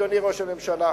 אדוני ראש הממשלה,